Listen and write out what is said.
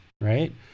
right